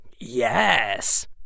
Yes